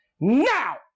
now